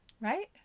right